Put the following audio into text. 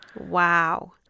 Wow